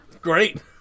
Great